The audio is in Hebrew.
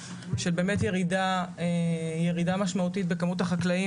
שבאמת ירידה משמעותית בכמות החקלאים